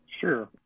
Sure